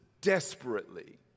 desperately